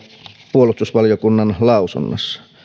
puolustusvaliokunnan lausunnossa